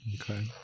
Okay